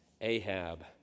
Ahab